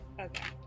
Okay